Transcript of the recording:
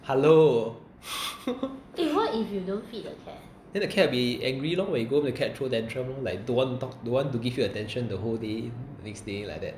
hello then the cat will be angry lor when you go home the cat throw tantrum lor like don't want talk don't want give to give you the attention the whole day next day like that